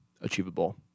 achievable